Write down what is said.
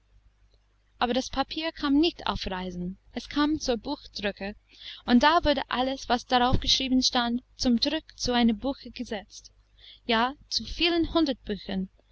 aber das papier kam nicht auf reisen es kam zum buchdrucker und da wurde alles was darauf geschrieben stand zum druck zu einem buche gesetzt ja zu vielen hundert büchern